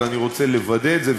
אבל אני רוצה לוודא את זה,